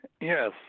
Yes